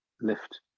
lift